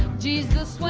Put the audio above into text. jesus